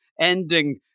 ending